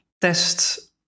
test